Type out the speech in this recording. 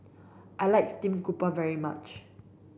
I like stream grouper very much